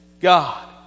God